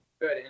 Good